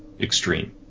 extreme